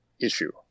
issue